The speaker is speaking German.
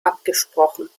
abgesprochen